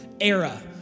era